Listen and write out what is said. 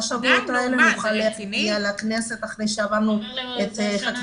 השבועות נוכל להגיע לכנסת אחרי שעברנו את המשרדים.